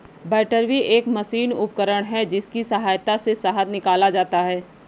बैटरबी एक मशीनी उपकरण है जिसकी सहायता से शहद निकाला जाता है